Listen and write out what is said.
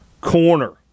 Corner